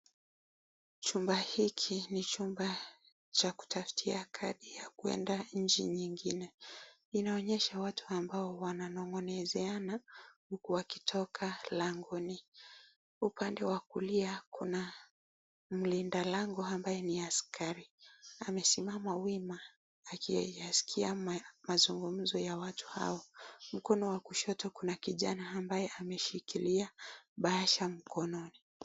Chumba hiki ni chumba cha kutafutia kazi ya kuenda nchi nyingine. Inaonyesha watu ambao wananong'onezeana huku wakitoka langoni. Upande wa kulia kuna mlindalango ambaye ni askari, amesimama wima akiyaskia mazungumzo ya watu hao. Mkono wa kushoto kuna kijana ambaye ameshikilia bahasha mkononi.